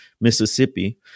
Mississippi